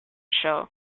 show